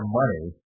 money